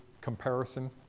comparison